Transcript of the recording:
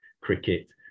cricket